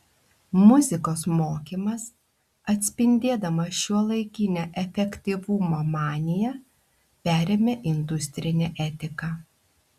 muzikos mokymas atspindėdamas šiuolaikinę efektyvumo maniją perėmė industrinę etiką